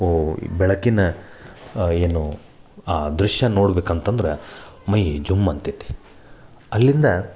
ಓ ಈ ಬೆಳಕಿನ ಏನು ಆ ದೃಶ್ಯ ನೋಡ್ಬೇಕಂತಂದ್ರೆ ಮೈ ಜುಮ್ ಅಂತೇತಿ ಅಲ್ಲಿಂದ